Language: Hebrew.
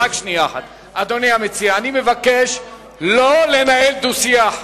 אדוני המציע, אני מבקש לא לנהל דו-שיח.